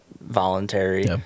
voluntary